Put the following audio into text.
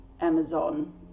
Amazon